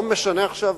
לא משנה עכשיו